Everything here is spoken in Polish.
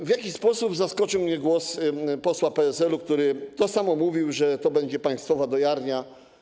W jakiś sposób bardzo zaskoczył mnie też głos posła PSL, który to samo mówił: że to będzie państwowa dojarnia.